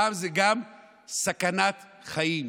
הפעם זה גם סכנת חיים.